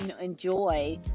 enjoy